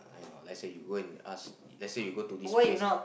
I know let's say you go and ask let's say you go to this place